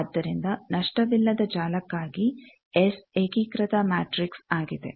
ಆದ್ದರಿಂದ ನಷ್ಟವಿಲ್ಲದ ಜಾಲಕ್ಕಾಗಿ ಎಸ್ ಏಕೀಕೃತ ಮ್ಯಾಟಿಕ್ಸ್ ಆಗಿದೆ